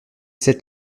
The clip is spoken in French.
sept